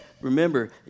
remember